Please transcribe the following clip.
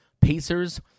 Pacers